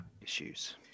issues